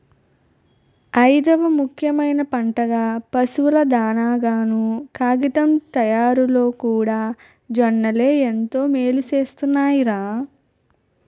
ఐదవ ముఖ్యమైన పంటగా, పశువుల దానాగాను, కాగితం తయారిలోకూడా జొన్నలే ఎంతో మేలుసేస్తున్నాయ్ రా